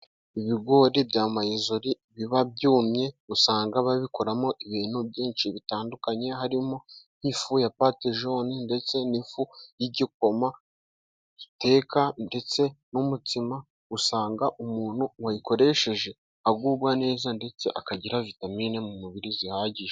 Ibigori bya mayisori biba byumye, usanga babikoramo ibintu byinshi bitandukanye harimo nk'ifu ya pate joni ndetse n'ifu y'igikoma, iteka ndetse n'umutsima, usanga umuntu wayikoresheje agubwa neza ndetse akagira vitamine mu mubiri zihagije.